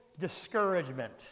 discouragement